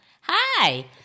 Hi